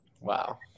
Wow